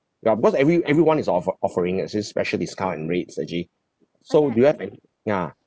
ya because every everyone is of offering and say special discount and rates actually so do you have any ya